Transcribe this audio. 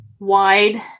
Wide